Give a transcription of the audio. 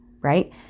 right